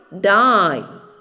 die